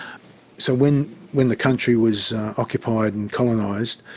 so when when the country was occupied and colonised,